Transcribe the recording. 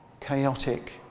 chaotic